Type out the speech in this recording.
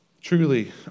Truly